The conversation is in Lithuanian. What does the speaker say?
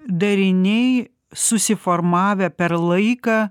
dariniai susiformavę per laiką